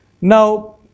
Now